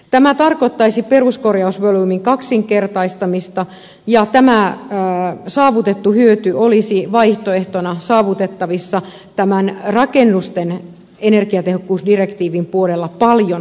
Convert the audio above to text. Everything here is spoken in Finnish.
tämä tarkoittaisi peruskorjausvolyymin kaksinkertaistamista ja tämä saavutettu hyöty olisi vaihtoehtona saavutettavissa tämän rakennusten energiatehokkuusdirektiivin puolella paljon tehokkaammin